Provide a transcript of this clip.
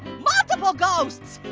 multiple ghosts!